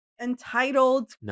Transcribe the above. entitled